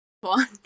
One